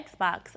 Xbox